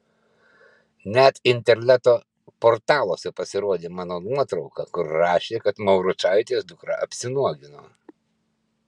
net interneto portaluose pasirodė mano nuotrauka kur rašė kad mauručaitės dukra apsinuogino